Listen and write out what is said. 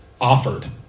offered